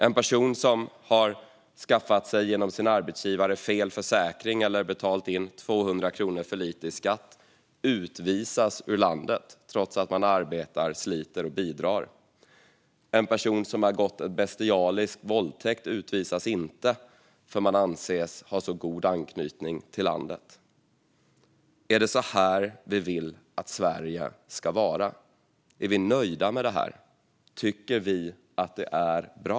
En person som genom sin arbetsgivare har skaffat sig fel försäkring eller betalat in 200 kronor för lite i skatt utvisas ur landet trots att den arbetar, sliter och bidrar. En person som har begått en bestialisk våldtäkt utvisas inte eftersom den anses ha så god anknytning till landet. Är det så här vi vill att Sverige ska vara? Är vi nöjda med detta? Tycker vi att det är bra?